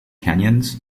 canyons